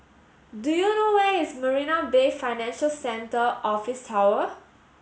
do you know where is Marina Bay Financial Centre Office Tower